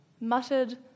muttered